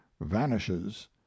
vanishes